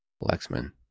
Lexman